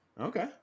Okay